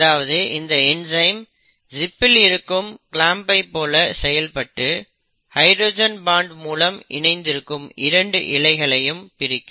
அதாவது இந்த என்சைம் ஜிப்பில் இருக்கும் கிளாம்ப் போல செயல்பட்டு ஹைட்ரஜன் பான்ட் மூலம் இணைந்து இருக்கும் 2 இழைகளை பிரிக்கும்